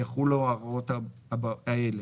יחולו ההוראות האלה: